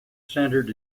centered